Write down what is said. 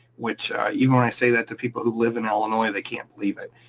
which even when i say that to people who live in illinois they can't believe it.